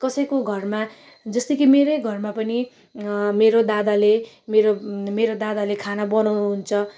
कसैको घरमा जस्तै कि मेरै घरमा पनि मेरो दादाले मेरो मेरो दादाले खाना बनाउनु हुन्छ